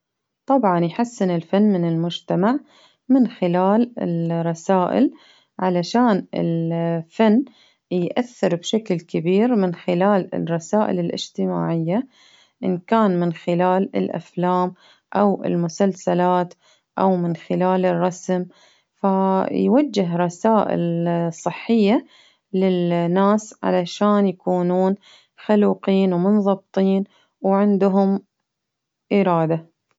طبعا يحسن الفن من المجتمع، من خلال الرسائل، علشان الفن يأثر بشكل كبير من خلال الرسائل الإجتماعية، إن كان من خلال الافلام أو المسلسلات ،أو من خلال الرسم، في رسائل صحية للناس علشان يكونون خلوقين، ومنظبطين، وعندهم إرادة.